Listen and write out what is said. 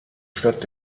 stadt